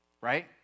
right